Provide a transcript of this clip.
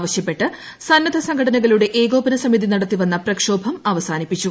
ആവശ്യപ്പെട്ട് സന്നദ്ധ സംഘടനകളുടെ ഏകോപന സമിതി നടത്തിവന്ന പ്രക്ഷോഭം അവസാനിപ്പിച്ചു